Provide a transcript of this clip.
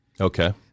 Okay